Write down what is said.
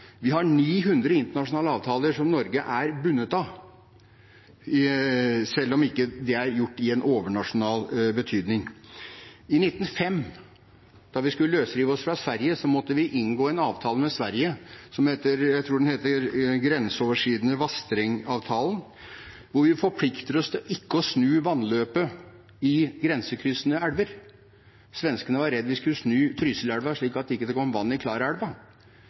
Vi har 900 internasjonale avtaler som Norge er bundet av, selv om det ikke er gjort i en overnasjonal betydning. I 1905, da vi skulle løsrive oss fra Sverige, måtte vi inngå en avtale med Sverige – vassdragskonvensjonen av 1905 – hvor vi forpliktet oss til ikke å snu vannløpet i grensekryssende elver. Svenskene var redde for at vi skulle snu Trysilelva, slik at det ikke kom vann i